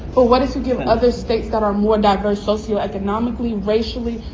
well, what if you give other states that are more diverse socioeconomically, racially,